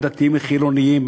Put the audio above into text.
בין דתיים לחילונים,